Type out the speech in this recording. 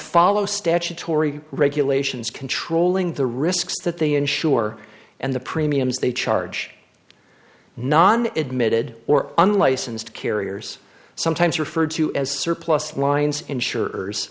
follow statutory regulations controlling the risks that they insure and the premiums they charge non admitted or unlicensed carriers sometimes referred to as surplus lines insurers